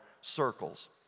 circles